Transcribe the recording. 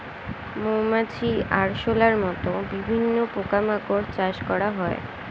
মৌমাছি, আরশোলার মত বিভিন্ন পোকা মাকড় চাষ করা হয়